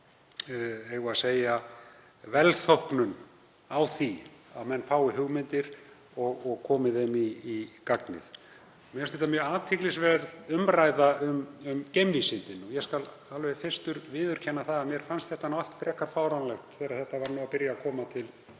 samfélagið hafi velþóknun á því að menn fái hugmyndir og komi þeim í gagnið. Mér finnst þetta mjög athyglisverð umræða um geimvísindin og ég skal alveg fyrstur viðurkenna að mér fannst þetta allt frekar fáránlegt þegar það var að byrja að koma til